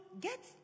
get